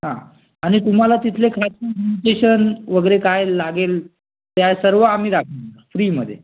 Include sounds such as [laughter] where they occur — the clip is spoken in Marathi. आणि तुम्हाला तिथले [unintelligible] न्यूट्रिशन वगैरे काय लागेल ते सर्व आम्ही [unintelligible] फ्रीमध्ये